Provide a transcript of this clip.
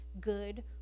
good